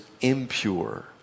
impure